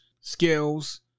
Skills